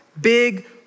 big